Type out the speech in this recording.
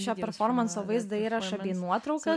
šio performanso vaizdo įrašą bei nuotrauką